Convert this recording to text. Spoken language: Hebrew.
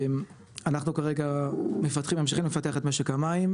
אנחנו כרגע ממשיכים לפתח את משק המים,